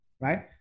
right